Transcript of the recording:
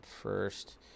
first